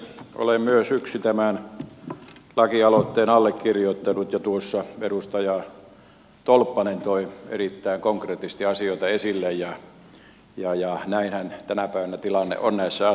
olen myös yksi tämän lakialoitteen allekirjoittanut ja tuossa edustaja tolppanen toi erittäin konkreettisesti asioita esille ja näinhän tänä päivänä tilanne on näissä asioissa